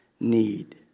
need